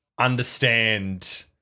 understand